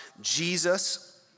Jesus